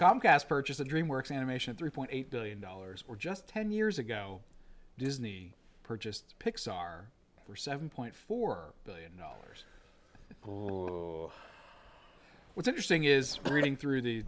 purchase a dream works animation three point eight billion dollars we're just ten years ago disney purchased pixar for seven point four billion dollars what's interesting is reading through the